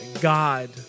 god